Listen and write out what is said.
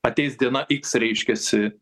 ateis diena x reiškiasi